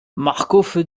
marcof